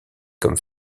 comme